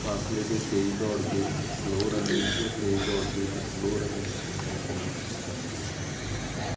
ਫਾਸਲੇ 'ਤੇ ਤੇਜ਼ ਦੌੜ ਕੇ ਫਿਰ ਸਲੋਅ ਰਨਿੰਗ ਫਿਰ ਤੇਜ਼ ਦੌੜ ਕੇ ਫਿਰ ਸਲੋਅ ਰਨਿੰਗ ਇਸ ਤਰੀਕੇ ਨਾਲ ਤੁਸੀਂ ਕਰ ਸਕਦੇ ਹੋ